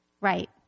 Right